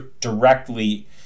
directly